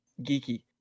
geeky